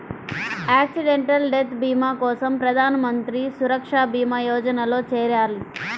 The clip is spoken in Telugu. యాక్సిడెంటల్ డెత్ భీమా కోసం ప్రధాన్ మంత్రి సురక్షా భీమా యోజనలో చేరాలి